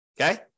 Okay